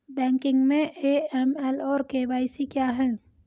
Banking में AML और KYC क्या हैं?